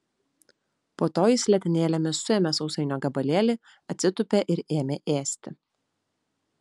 po to jis letenėlėmis suėmė sausainio gabalėlį atsitūpė ir ėmė ėsti